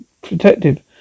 protective